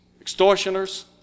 extortioners